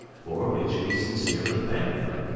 for which we sincerely thank them